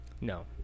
No